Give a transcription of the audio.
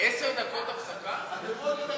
אדוני השר,